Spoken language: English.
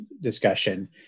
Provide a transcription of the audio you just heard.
discussion